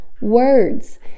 words